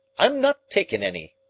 i'm not takin' any.